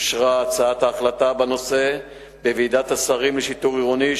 אושרה הצעת ההחלטה בנושא בוועידת השרים לשיטור עירוני,